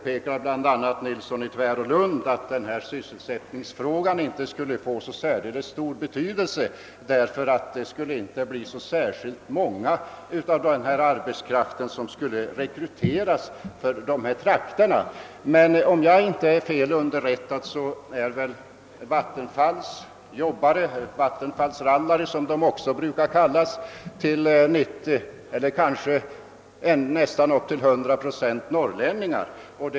Herr Nilsson i Tvärålund påpekar bl.a. att den sysselsättning det här gäller inte skulle vara av så särdeles stor betydelse, eftersom det inte skulle bli så stor del av denna arbetskraft som skulle rekryteras för arbetet i dessa trakter. Om jag inte är fel underrättad är emellertid vattenfallsverkets jobbare, vattenfallsrallare som de också brukar kallas, till 90 eller kanske nästan upp till 100 procent norrlänningar.